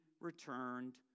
returned